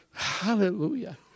Hallelujah